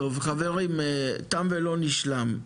חברים, תם ולא נשלם.